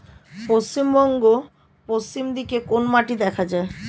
পশ্চিমবঙ্গ পশ্চিম দিকে কোন মাটি দেখা যায়?